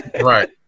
Right